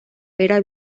era